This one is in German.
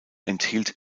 enthielt